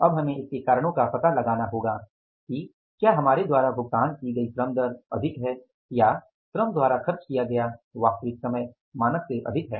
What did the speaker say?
अब हमें इसके कारणों का पता लगाना होगा कि क्या हमारे द्वारा भुगतान की गई श्रम दर अधिक है या श्रम द्वारा खर्च किया गया वास्तविक समय मानक से अधिक है